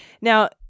Now